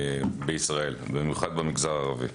בישראל, במיוחד במגזר הערבי.